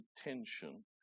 attention